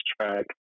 track